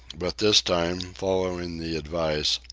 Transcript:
but this time, following the advice,